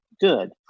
good